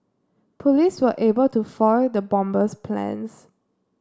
police were able to foil the bomber's plans